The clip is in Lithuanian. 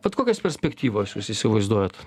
vat kokias perspektyvas jūs įsivaizduojat